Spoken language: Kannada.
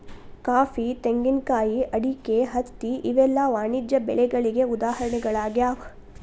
ಕಾಫಿ, ತೆಂಗಿನಕಾಯಿ, ಅಡಿಕೆ, ಹತ್ತಿ ಇವೆಲ್ಲ ವಾಣಿಜ್ಯ ಬೆಳೆಗಳಿಗೆ ಉದಾಹರಣೆಗಳಾಗ್ಯಾವ